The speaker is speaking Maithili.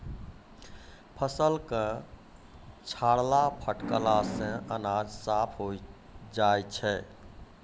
फसल क छाड़ला फटकला सें अनाज साफ होय जाय छै